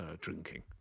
drinking